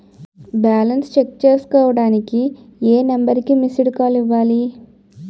Balance check చేసుకోవటానికి ఏ number కి మిస్డ్ కాల్ ఇవ్వాలి?